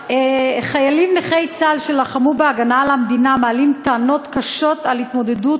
חיילים נכי צה"ל שלחמו בהגנה על המדינה מעלים טענות קשות על התמודדות